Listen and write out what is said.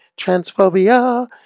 transphobia